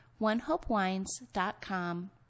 OneHopeWines.com